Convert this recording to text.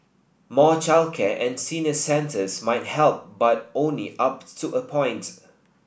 more childcare and senior centres might help but only up to a point